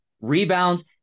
rebounds